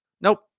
Nope